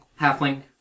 halfling